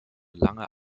lange